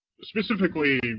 Specifically